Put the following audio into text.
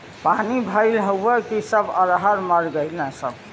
पानी भईल हउव कि सब अरहर मर गईलन सब